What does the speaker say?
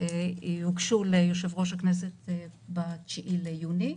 יוגש ליושב-ראש הכנסת ב-9 ביוני,